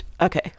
Okay